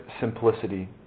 simplicity